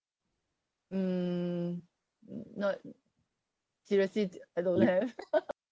mm not seriously I don't have